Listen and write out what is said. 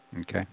Okay